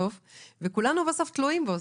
וכולנו תלויים בהם.